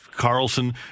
Carlson